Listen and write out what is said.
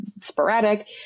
sporadic